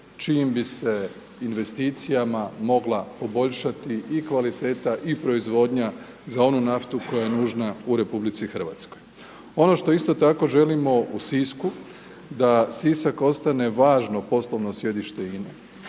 čijim bi se investicijama mogla poboljšati i kvaliteta i proizvodnja za onu naftu koja je nužna u RH. Ono što isto tako želimo u Sisku da Sisak ostane važno poslovno sjedište INA-e,